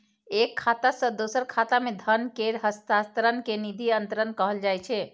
एक खाता सं दोसर खाता मे धन केर हस्तांतरण कें निधि अंतरण कहल जाइ छै